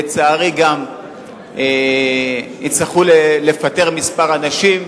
לצערי גם יצטרכו לפטר כמה אנשים.